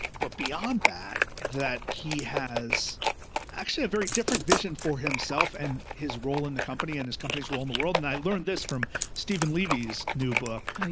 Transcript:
but beyond that, that he has actually a very different vision for himself and his role in the company and this company's role in the world. and i learned this from stephen livy's new book. yeah.